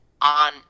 on